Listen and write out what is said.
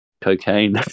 Cocaine